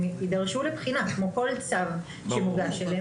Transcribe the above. הם יידרשו לבחינה כמו כל צו שמוגש אליהם